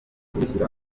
kubishyira